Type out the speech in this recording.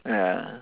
ya